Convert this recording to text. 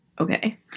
Okay